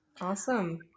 Awesome